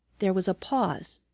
there was a pause,